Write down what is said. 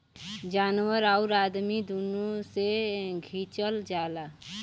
जानवर आउर अदमी दुनो से खिचल जाला